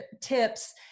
tips